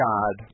God